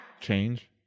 Change